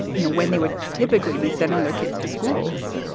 you know, when they would typically be sending their kids to schools.